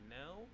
now